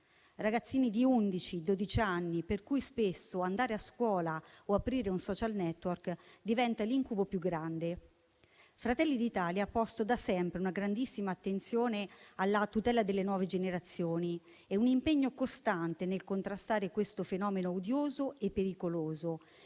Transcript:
Ragazzini di undici, dodici anni, per cui spesso andare a scuola o aprire un *social network* diventa l'incubo più grande. Fratelli d'Italia ha posto da sempre una grandissima attenzione alla tutela delle nuove generazioni e un impegno costante nel contrastare questo fenomeno odioso e pericoloso